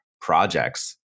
projects